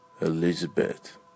Elizabeth